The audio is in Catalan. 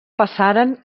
passaren